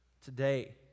Today